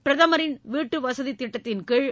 பிரதமரின் வீட்டு வசதி திட்டத்தின்கீழ்